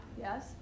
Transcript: Yes